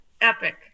epic